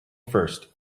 first